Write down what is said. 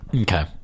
Okay